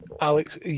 Alex